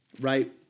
right